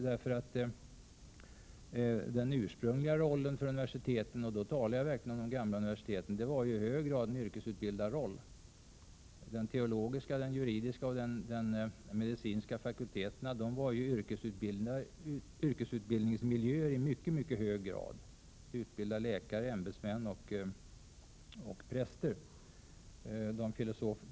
Universitetens ursprungliga roll — och då talar jag verkligen om de gamla universiteten — var ju i hög grad en yrkesutbildarroll. Den teologiska, den juridiska och den medicinska fakulteten var yrkesutbildarmiljöer i mycket hög grad, som utbildade läkare, 15 ämbetsmän och präster.